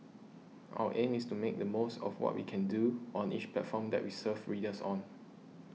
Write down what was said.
our aim is to make the most of what we can do on each platform that we serve readers on